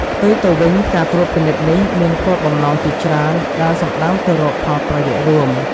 ផ្ទុយទៅវិញ ការត្រួតពិនិត្យនេះមានគោលបំណងជាច្រើនដែលសំដៅទៅរកផលប្រយោជន៍រួម។